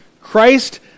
Christ